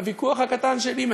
מהוויכוח הקטן שלי,